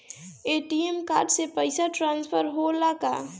ATM card से पैसा transfer होला का?